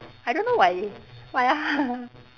I don't know why why ah